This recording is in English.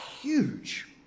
huge